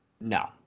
No